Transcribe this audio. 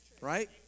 Right